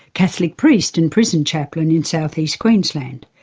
catholic priest and prison chaplain insouth east queensland.